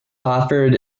offered